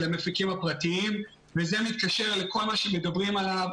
גם כשעבדתי אצל המפיקים הפרטיים וזה מתקשר לכל מה שמדברים עליו,